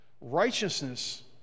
Righteousness